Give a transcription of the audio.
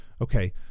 Okay